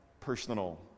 personal